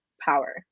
power